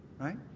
right